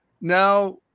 now